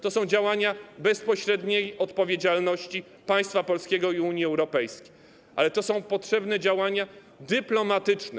To są działania, to bezpośrednia odpowiedzialność państwa polskiego i Unii Europejskiej, ale są potrzebne i działania dyplomatyczne.